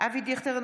אבי דיכטר,